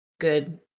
good